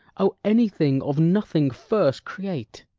o anything, of nothing first create!